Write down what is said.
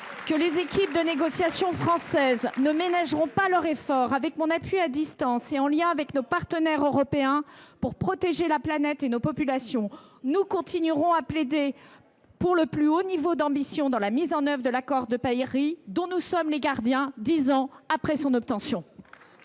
que les équipes de négociations françaises ne ménageront pas leurs efforts, avec mon appui à distance et en lien avec nos partenaires européens, pour protéger la planète et nos populations. Nous continuerons à plaider pour le plus haut niveau d’ambition dans la mise en œuvre de l’accord de Paris, dont nous sommes les gardiens, dix ans après son obtention.